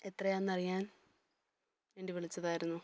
എത്രയാണെന്നറിയാൻ വേണ്ടി വിളിച്ചതായിരുന്നു